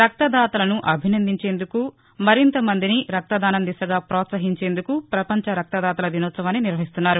రక్తదాతలను అభీసందించేందుకు మరింత మందిని రక్తదానం దిశగా ప్రోత్సహించేందుకు ప్రపంచ రక్తదాతల దినోత్సవాన్ని నిర్వహిస్తున్నారు